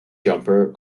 jumper